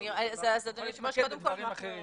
תודה רבה אדוני יושב הראש,